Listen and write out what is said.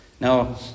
Now